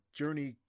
journey